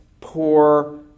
poor